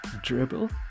Dribble